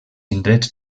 indrets